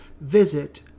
visit